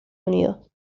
unidos